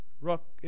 Rock